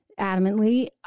adamantly